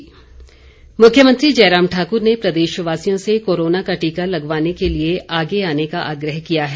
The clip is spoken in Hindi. मुख्यमंत्री मुख्यमंत्री जयराम ठाक्र ने प्रदेश वासियों से कोरोना का टीका लगवाने के लिए आगे आने का आग्रह किया है